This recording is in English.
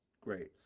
great